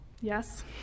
Yes